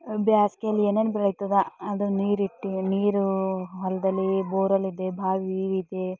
ಬೇಸ್ಗೆಯಲ್ಲಿ ಏನೇನು ಬೆಳೆಯ್ತದ ಅದನ್ನ ನೀರಿಟ್ಟು ನೀರು ಹೊಲದಲ್ಲಿ ಬೋರಲ್ಲಿದೆ ಬಾವಿ ಇದೆ